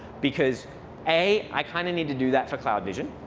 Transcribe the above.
because a, i kind of need to do that for cloud vision.